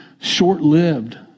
short-lived